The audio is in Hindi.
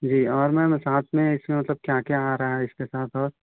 जी और मैम साथ में इसमें मतलब क्या क्या आ रहा इसके साथ और